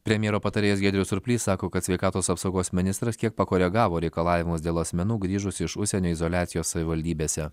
premjero patarėjas giedrius surplys sako kad sveikatos apsaugos ministras kiek pakoregavo reikalavimus dėl asmenų grįžusių iš užsienio izoliacijos savivaldybėse